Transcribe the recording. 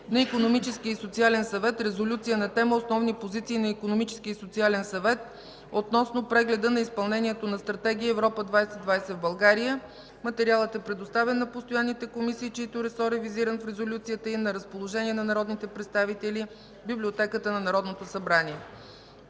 на Икономическия и социален съвет резолюция на тема „Основни позиции на Икономическия и социален съвет относно прегледа на изпълнението на Стратегия „Европа 2020 – България”. Материалът е предоставен на постоянните комисии, чийто ресор е визиран в резолюцията, и е на разположение на народните представители в Библиотеката на Народното събрание.